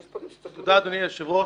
תודה, אדוני היושב-ראש.